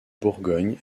bourgogne